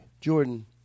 Jordan